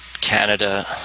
Canada